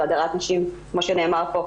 זו הדרת נשים כמו שנאמר פה,